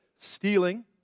Stealing